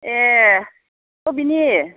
ए अबेनि